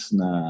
na